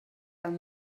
amb